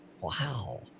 Wow